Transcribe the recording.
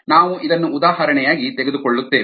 ನಾವು ಇದನ್ನು ಉದಾಹರಣೆಯಾಗಿ ತೆಗೆದುಕೊಳ್ಳುತ್ತೇವೆ